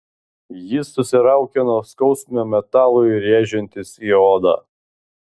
jis susiraukė nuo skausmo metalui rėžiantis į odą